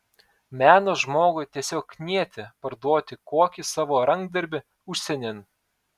meno žmogui tiesiog knieti parduoti kokį savo rankdarbį užsienin